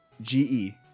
G-E